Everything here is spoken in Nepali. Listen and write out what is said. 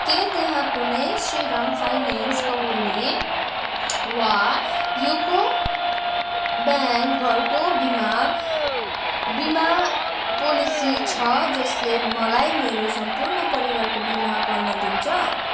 के त्यहाँ कुनै श्रीराम फाइनियन्स कम्पनी वा युको ब्याङ्क घरको बिमा बिमा पोलिसी छ जसले मलाई मेरो सम्पूर्ण परिवारको बिमा गर्न दिन्छ